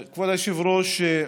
כבוד היושב-ראש,